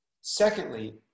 Secondly